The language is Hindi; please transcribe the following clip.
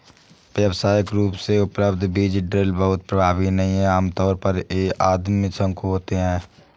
व्यावसायिक रूप से उपलब्ध बीज ड्रिल बहुत प्रभावी नहीं हैं आमतौर पर ये आदिम शंकु होते हैं